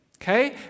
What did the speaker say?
Okay